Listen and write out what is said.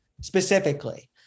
specifically